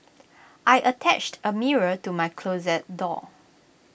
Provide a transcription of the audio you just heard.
I attached A mirror to my closet door